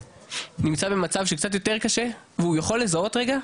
שנמצא במצב שקצת יותר קשה והוא יכול לזהות רגע,